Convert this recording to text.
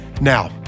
Now